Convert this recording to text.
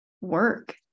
work